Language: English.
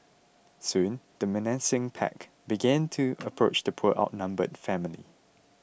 soon the menacing pack began to approach the poor outnumbered family